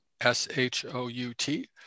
S-H-O-U-T